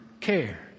care